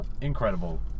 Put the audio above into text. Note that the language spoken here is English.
incredible